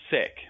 sick